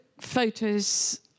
photos